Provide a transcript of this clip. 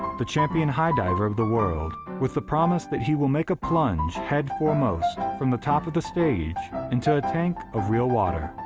the champion high diver of the world, with the promise that he will make a plunge head foremost from the top of the stage into a tank of real water.